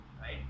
right